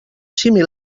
simi